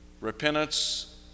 repentance